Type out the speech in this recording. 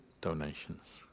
donations